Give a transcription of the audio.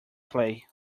play